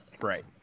Right